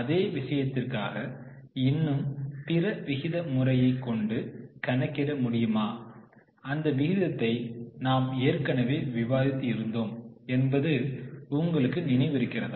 அதே விஷயத்திற்காக இன்னும் பிற விகித முறையை கொண்டு கணக்கிட முடியுமா அந்த விகிதத்தை நாம் ஏற்கனவே விவாதித்து இருந்தோம் என்பது உங்களுக்கு நினைவிருக்கிறதா